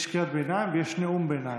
יש קריאת ביניים ויש נאום ביניים.